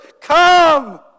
come